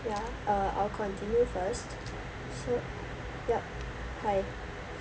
ya uh I'll continue first so yup hi